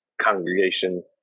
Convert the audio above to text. congregation